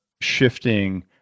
shifting